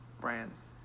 brands